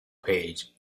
page